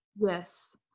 yes